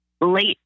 late